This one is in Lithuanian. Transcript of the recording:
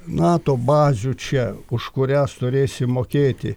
nato bazių čia už kurias turėsim mokėti